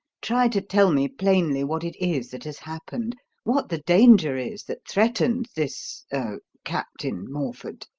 try to tell me plainly what it is that has happened what the danger is that threatens this er captain morford.